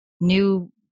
new